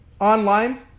online